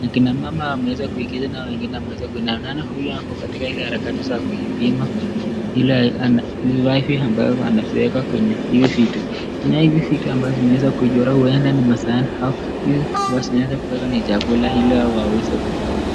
Akina mama wameweza kuweka na wengine wameweza kuinama. Na huyo yuko katika ile harakati za kuipima. Ile hizi wifi ambazo wanatuweka kwenye hizi kitu. Na hivi kitu ambazo wameweza kujua uenda ni masaa au hizi ambazo tunaweza kuweka ni chakula ili waweze kula.